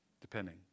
depending